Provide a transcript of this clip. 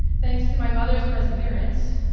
thanks to my mothers perseverance,